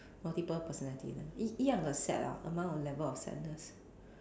multiple personality 一一样的 sad lah amount of level of sadness